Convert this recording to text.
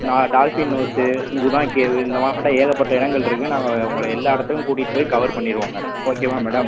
நா dolphin nose Guna cave இந்த மாட்டம் ஏகப்பட்ட இடங்கள் இருக்குது நாங்கள் உங்களை எல்லா இடத்துக்கும் கூட்டிகிட்டு போயி கவர் பண்ணிடுவோம் மேடம் ஓகேவா மேடம்